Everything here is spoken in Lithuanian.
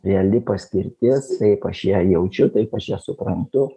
reali paskirtis taip aš ją jaučiu taip aš ją suprantu